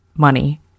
money